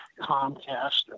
Comcast